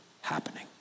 happening